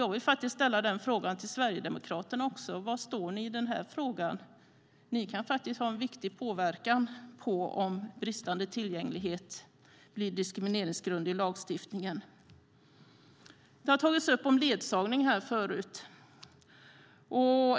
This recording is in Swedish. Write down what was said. Jag vill ställa en fråga till Sverigedemokraterna också. Var står ni i den här frågan? Ni kan faktiskt ha en viktig påverkan på om bristande tillgänglighet blir diskrimineringsgrund i lagstiftningen. Ledsagning har tagits upp här förut.